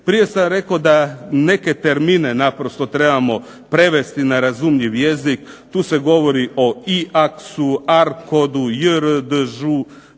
Prije sam rekao da neke termine naprosto trebamo prevesti na razumljiv jezik. Tu se govori o …/Ne razumije